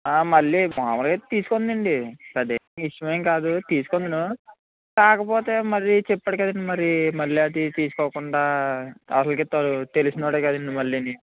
మళ్ళి మాములుగా అయితే తీసుకొందునండి పెద్ద విషయం ఏమి కాదు తీసుకుందును కాకపోతే మరి చెప్పాడు కదండి మరి మళ్ళీ అది తీసుకోకుండా అసలే తెలిసినోడే కదండి మళ్ళీ